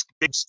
big